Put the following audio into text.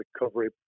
recovery